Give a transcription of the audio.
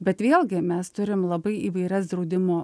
bet vėlgi mes turim labai įvairias draudimo